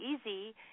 easy